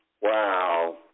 Wow